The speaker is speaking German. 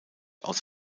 aus